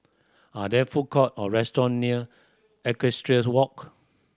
are there food court or restaurant near Equestrian Walk